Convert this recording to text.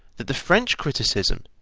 that the french criticism,